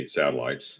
satellites